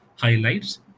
highlights